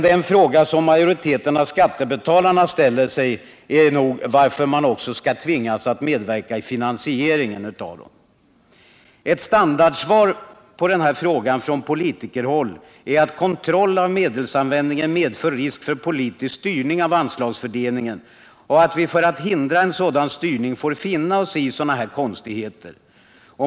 Den fråga som majoriteten av skattebetalarna ställer sig är nog, varför de också skall tvingas medverka i finansieringen av dem. Ett standardsvar på den frågan från politikerhåll är att en kontroll av medelsanvändningen medför risk för politisk styrning av anslagsfördelningen och att vi för att hindra en sådan styrning får finna oss i sådana här konstigheter.